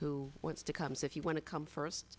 who wants to come see if you want to come first